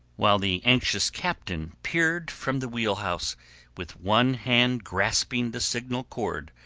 while the anxious captain peered from the wheelhouse with one hand grasping the signal cord,